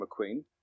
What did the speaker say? McQueen